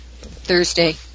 Thursday